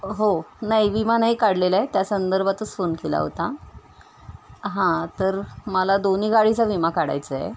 हो नाही विमा नाही काढलेला आहे त्या संदर्भातच फोन केला होता हां तर मला दोन्ही गाडीचा विमा काढायचा आहे